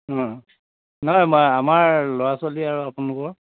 অঁ নাই মা আমাৰ ল'ৰা ছোৱালী আৰু আপোনালোকৰ